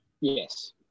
Yes